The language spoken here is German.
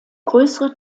größere